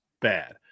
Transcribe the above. bad